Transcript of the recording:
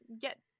get